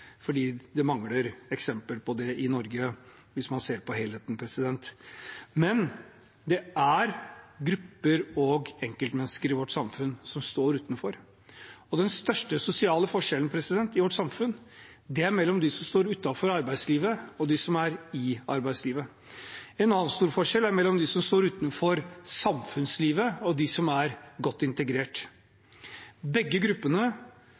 fordi det mangler eksempler i Norge hvis man ser på helheten. Men det er grupper og enkeltmennesker i vårt samfunn som står utenfor, og den største sosiale forskjellen i vårt samfunn er mellom de som står utenfor arbeidslivet, og de som er i arbeidslivet. En annen stor forskjell er mellom de som står utenfor samfunnslivet, og de som er godt integrert. Begge gruppene